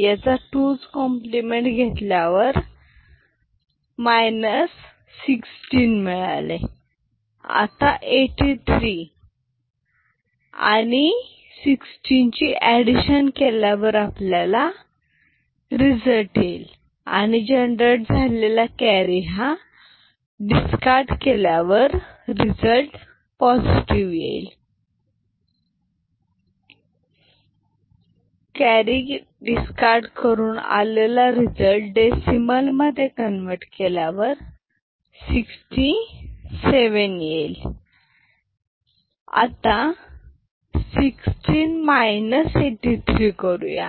याचा 2s complement घेतल्यानंतर 16 मिळाले आता 83 आणि 16 ची ऍडीशन केल्यावर आपल्याला रिझल्ट येईल आणि जनरेट झालेला कॅरी डिस्कार्ड केल्यावर पॉझिटिव रिझल्ट येईल कॅरी डिस्कार्ड करून आलेला रिझल्ट डेसिमल मध्ये कन्व्हर्ट केल्यावर 67 येईल आता 16 83 करूया